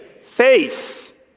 faith